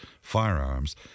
firearms